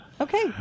Okay